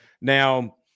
Now